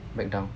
breakdown